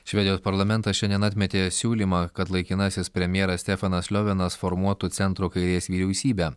švedijos parlamentas šiandien atmetė siūlymą kad laikinasis premjeras stefanas liovenas formuotų centro kairės vyriausybę